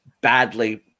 badly